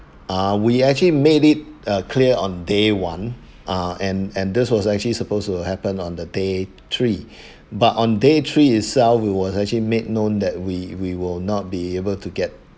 uh we actually made it uh clear on day one ah and and this was actually supposed to happen on the day three but on day three itself we was actually made known that we we will not be able to get